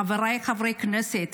חבריי חברי הכנסת,